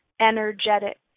energetic